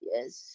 Yes